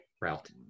route